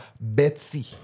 Betsy